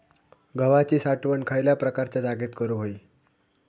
गव्हाची साठवण खयल्या प्रकारच्या जागेत करू होई?